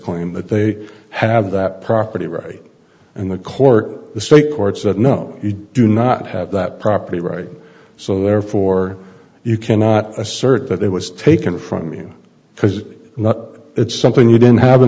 in that they have that property right and the court the state courts that no you do not have that property right so therefore you cannot assert that it was taken from you because it's something you didn't have in